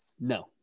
No